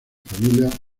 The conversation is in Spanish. familia